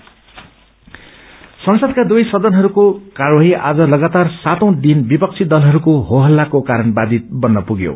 session संसदका दुवै सदनहरूको कार्यवाही आज लगातार सातौं दिन विपक्षी दलहरूको हो हल्ताको कारण अवाधित बन्न पुग्यो